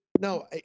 No